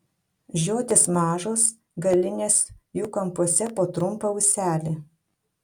žiotys mažos galinės jų kampuose po trumpą ūselį